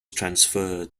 transferred